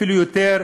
אפילו יותר,